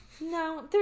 No